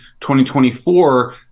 2024